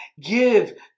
give